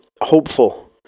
hopeful